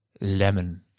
lemon